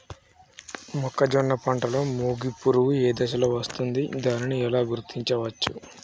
మొక్కజొన్న పంటలో మొగి పురుగు ఏ దశలో వస్తుంది? దానిని ఎలా గుర్తించవచ్చు?